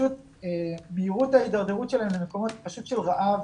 שפשוט מהירות ההידרדרות שלהן למקומות של רעב